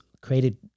created